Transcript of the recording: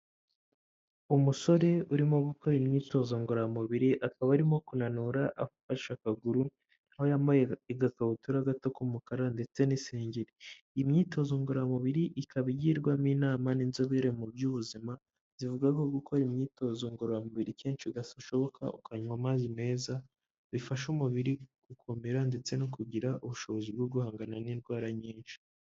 Umusore urimo gukora imyitozo ngororamubiri akaba arimo kunanura afashe akaguru aho yambaye agakabutura gato k'umukara ndetse n'isengeri ,imyitozo ngororamubiri ikaba igirwamo inama n'inzobere mu by'ubuzima zivuga ko gukora imyitozo ngororamubiri kenshi gashoboka ukanywa amazi meza bifasha umubiri gukomera ndetse no kugira ubushobozi bwo guhangana n'indwara nyinshi.